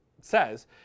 says